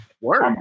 Work